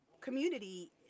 community